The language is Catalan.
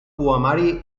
poemari